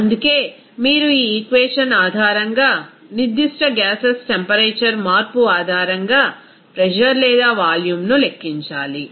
అందుకే మీరు ఈ ఈక్వేషన్ ఆధారంగా నిర్దిష్ట గ్యాసెస్ టెంపరేచర్ మార్పు ఆధారంగా ప్రెజర్ లేదా వాల్యూమ్ను లెక్కించాలి